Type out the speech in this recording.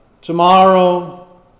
tomorrow